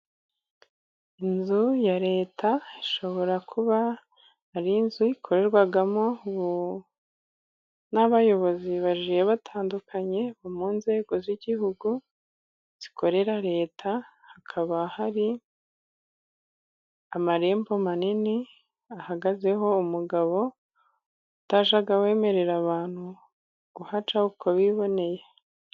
Inzu ya leta, ishobora kuba ari inzu ikorerwamo n'abayobozi bagiye batandukanye, bo mu nzego z'igihugu zikorera leta. Hakaba hari amarembo manini ahagazeho umugabo, utajya wemerera abantu guhaca uko biboneye.